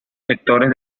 sectores